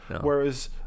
whereas